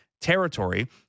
territory